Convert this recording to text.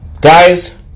Guys